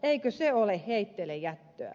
eikö se ole heitteillejättöä